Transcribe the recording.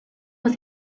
was